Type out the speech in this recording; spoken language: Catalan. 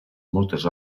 moltes